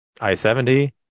I-70